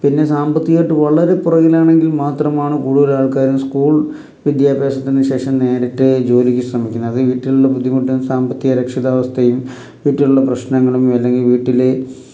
പിന്നെ സാമ്പത്തികായിട്ട് വളരെ പുറകിലാണെങ്കിൽ മാത്രമാണ് കൂടുതൽ ആൾക്കാരും സ്കൂൾ വിദ്യാഭ്യാസത്തിന് ശേഷം നേരിട്ട് ജോലിക്ക് ശ്രമിക്കുന്നത് അത് വീട്ടിലുള്ള ബുദ്ധിമുട്ടും സാമ്പത്തിക അരക്ഷിതാവസ്ഥയും വീട്ടിലുള്ള പ്രശ്നങ്ങളും അല്ലെങ്കിൽ വീട്ടിൽ